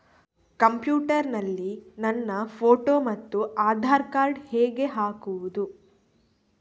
Computer ನಲ್ಲಿ ನನ್ನ photo ಮತ್ತು ಆಧಾರ್ ಕಾರ್ಡ್ ಹೇಗೆ ಹಾಕುವುದು?